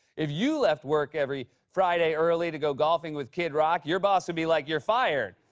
if you left work every friday early to go golfing with kid rock, your boss would be like, you're fired.